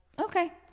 okay